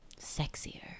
sexier